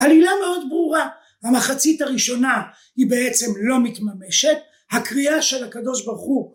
עלילה מאוד ברורה, המחצית הראשונה היא בעצם לא מתממשת, הקריאה של הקדוש ברוך הוא